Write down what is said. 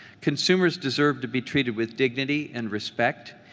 consumers deserve to be treated with dignity and respect,